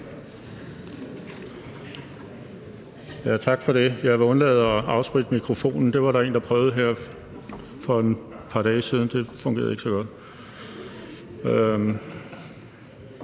Tak for det. Jeg vil undlade at afspritte mikrofonen. Det var der en, der prøvede her for et par dage siden, og det fungerede ikke så godt.